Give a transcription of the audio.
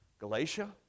Galatia